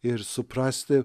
ir suprasti